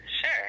Sure